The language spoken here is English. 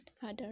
father